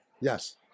Yes